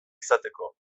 izateko